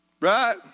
Right